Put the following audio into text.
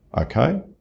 Okay